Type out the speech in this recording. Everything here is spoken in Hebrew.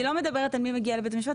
אני לא מדברת על מי מגיע לבית משפט,